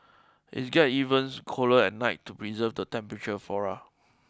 it get evens colder at night to preserve the temperature flora